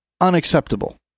unacceptable